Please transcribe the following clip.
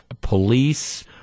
police